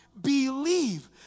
believe